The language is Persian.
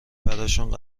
براشون